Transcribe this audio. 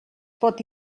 pot